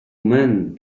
men